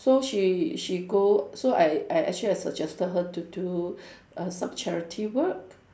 so she she go so I I actually I suggested her to do uh some charity work